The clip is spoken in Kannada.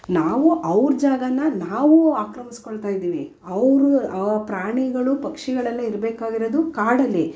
ನಾವು ಅವ್ರ ಜಾಗ ನಾವು ಆಕ್ರಮಿಸ್ಕೊಳ್ತಾ ಇದೀವಿ ಅವರು ಆ ಪ್ರಾಣಿಗಳು ಪಕ್ಷಿಗಳೆಲ್ಲ ಇರಬೇಕಾಗಿರೋದು ಕಾಡಲ್ಲಿ